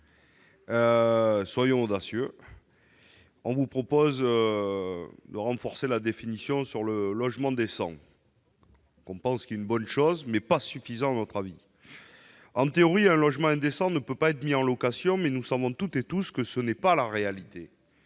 soyons audacieux ! Nous souhaitons renforcer la définition du logement décent, qui est une bonne notion, mais insuffisante à notre avis. En théorie, un logement indécent ne peut pas être mis en location, mais nous savons tous que ce n'est pas la réalité.